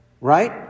right